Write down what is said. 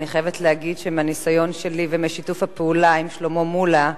אני חייבת להגיד שמהניסיון שלי ומשיתוף הפעולה עם שלמה מולה,